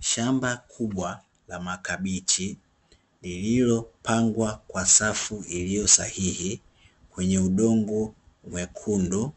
Shamba kubwa la makabichi lililopangwa kwa safu iliyo sahihi kwenye udongo mwekundu,